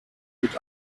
mit